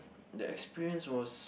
the experience was